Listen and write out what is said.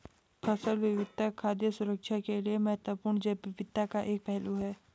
फसल विविधता खाद्य सुरक्षा के लिए महत्वपूर्ण जैव विविधता का एक पहलू है